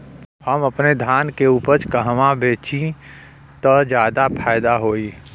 हम अपने धान के उपज कहवा बेंचि त ज्यादा फैदा होई?